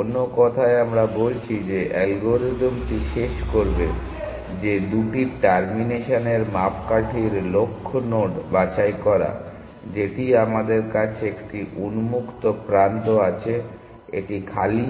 অন্য কথায় আমরা বলছি যে অ্যালগরিদমটি শেষ করবে যে দুটি টার্মিনেশনের মাপকাঠির লক্ষ্য নোড বাছাই করা যেটি আমাদের কাছে একটি উন্মুক্ত প্রান্ত আছে এটি খালি